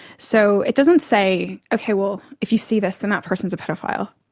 so it doesn't say, okay well if you see this then that person's a paedophile,